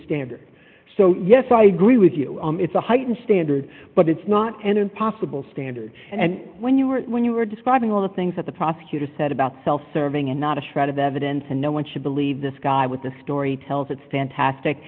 standard so yes i agree with you it's a heightened standard but it's not an impossible standard and when you were when you were describing all the things that the prosecutor said about self serving and not a shred of evidence and no one should believe this guy with the story tells it's fantastic